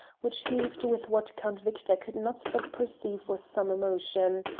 which heaved with what count victor could not but perceive was some emotion.